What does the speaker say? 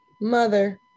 mother